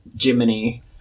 Jiminy